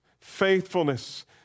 faithfulness